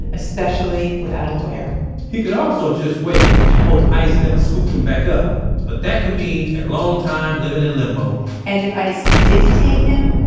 especially without a lawyer he could also just wait and hope ice never scooped him back up but that could mean a and long time living in limbo and if ice did detain him,